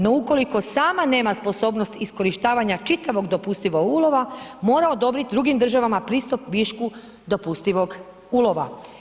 No, ukoliko sama nema sposobnost iskorištavanja čitavog dopustivog ulova, mora odobrit drugim državama pristup višku dopustivog ulova.